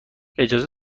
اجازه